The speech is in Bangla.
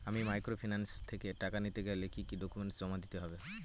আমি মাইক্রোফিন্যান্স থেকে টাকা নিতে গেলে কি কি ডকুমেন্টস জমা দিতে হবে?